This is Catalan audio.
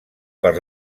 per